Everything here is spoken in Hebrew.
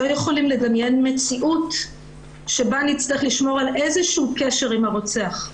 לא יכולים לדמיין מציאות שבה נצטרך לשמור על איזשהו קשר עם הרוצח,